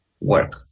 work